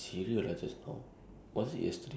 because I woke up late already